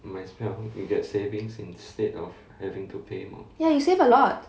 ya you save a lot